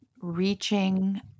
reaching